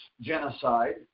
genocide